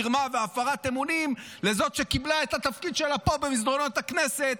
מרמה והפרת אמונים לזאת שקיבלה את התפקיד שלה פה במסדרונות הכנסת,